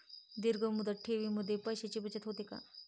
दीर्घ मुदत ठेवीमध्ये पैशांची बचत होते का?